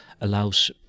allows